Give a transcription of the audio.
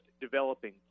developing